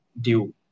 due